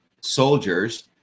soldiers